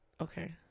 Okay